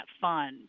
fund